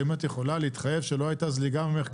האם את יכולה להתחייב שלא הייתה זליגה ממך,